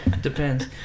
Depends